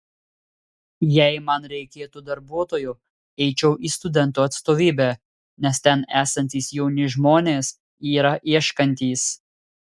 jei man reikėtų darbuotojo eičiau į studentų atstovybę nes ten esantys jauni žmonės yra ieškantys